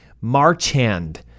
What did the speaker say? Marchand